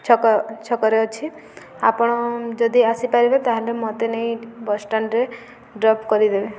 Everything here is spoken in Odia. ଛକ ଛକରେ ଅଛି ଆପଣ ଯଦି ଆସିପାରିବେ ତା'ହେଲେ ମୋତେ ନେଇ ବସ୍ଷ୍ଟାଣ୍ଡରେ ଡ୍ରପ୍ କରିଦେବେ